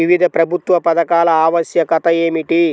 వివిధ ప్రభుత్వా పథకాల ఆవశ్యకత ఏమిటి?